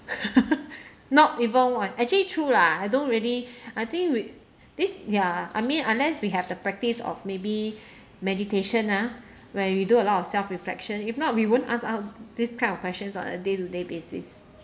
not even one actually true lah I don't really I think with this ya I mean unless we have the practice of maybe meditation ah where we do a lot of self reflection if not we won't ask uh this kind of questions on a day to day basis